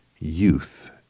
Youth